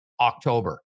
October